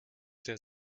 der